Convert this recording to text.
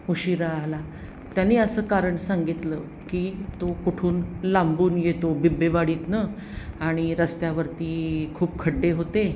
उशीरा आला त्याने असं कारण सांगितलं की तो कुठून लांबून येतो बिब्बेवाडीतून आणि रस्त्यावरती खूप खड्डे होते